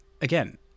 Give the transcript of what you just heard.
again